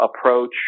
approach